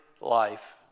life